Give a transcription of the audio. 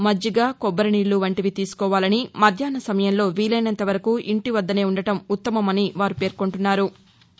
మజ్జిగ కొబ్బరినీళ్ళు వంటివి తీసుకోవాలని మధ్యాహ్న సమయంలో వీలైనంత వరకు ఇంటివద్గనే ఉండడం ఉత్తమమని వారు పేర్కొంటున్నారు